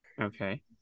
Okay